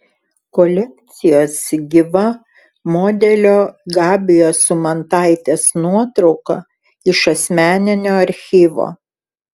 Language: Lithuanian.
kolekcijos gyva modelio gabijos umantaitės nuotrauka iš asmeninio archyvo